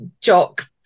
jock